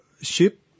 ship